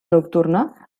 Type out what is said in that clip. nocturna